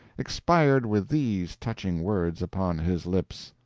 expired with these touching words upon his lips,